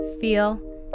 Feel